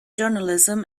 journalism